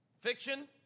Fiction